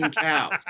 cows